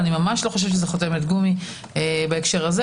זה ממש לא חותמת גומי בהקשר הזה.